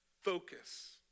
focus